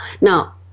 Now